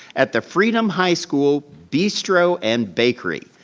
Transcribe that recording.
at the freedom high school bistro and bakery.